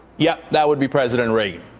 yep, that would be president reagan.